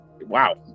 wow